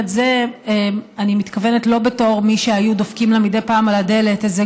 אני מתכוונת לא בתור מי שהיה דופק לה מדי פעם על הדלת איזה